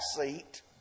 seat